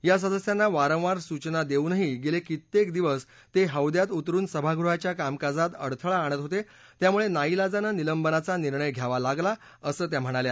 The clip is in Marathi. या सदस्यांना वारंवार सूचना देऊनही गेले कित्येक दिवस ते हौद्यात उतरुन सभागृहाच्या कामकाजात अडथळा आणत होते त्यामुळे नाईलाजाने निलंबनाचा निर्णय घ्यावा लागल्या असं त्या म्हणाल्या